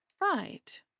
Right